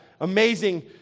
amazing